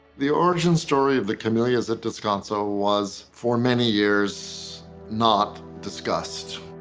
the origin story of the camellias at descanso was for many years not discussed.